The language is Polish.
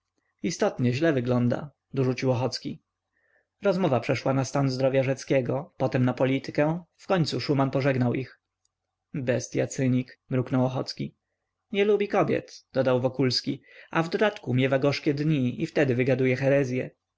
istotnie źle wygląda dorzucił ochocki rozmowa przeszła na stan zdrowia rzeckiego potem na politykę wkońcu szuman pożegnał ich bestya cynik mruknął ochocki nie lubi kobiet dodał wokulski a w dodatku miewa gorzkie dni i wtedy wygaduje herezye